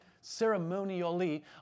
ceremonially